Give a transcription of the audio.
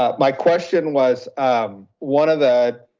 ah my question was one of the,